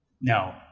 No